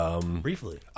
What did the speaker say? briefly